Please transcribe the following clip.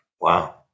Wow